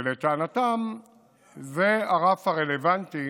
לטענתם זה הרף הרלוונטי